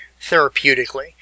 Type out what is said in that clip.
therapeutically